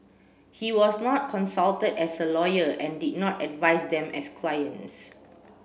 he was not consulted as a lawyer and did not advise them as clients